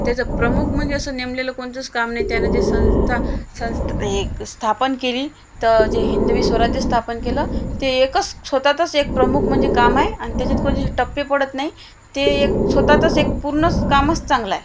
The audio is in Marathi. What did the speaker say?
त्याचं प्रमुख म्हणजे असं नेमलेलं कोणतंच काम नाही त्यानं जे संस्था संस्था एक स्थापन केली तर जे हिंदवी स्वराज्य स्थापन केलं ते एकच स्वत तच एक प्रमुख म्हणजे काम आहे आणि त्याच्यात कोणते टप्पे पडत नाही ते एक स्वत तच एक पूर्णच कामच चांगलं आहे